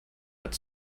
but